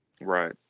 Right